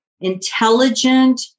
intelligent